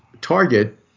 target